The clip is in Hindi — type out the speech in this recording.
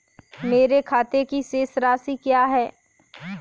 मेरे खाते की शेष राशि क्या है?